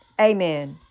Amen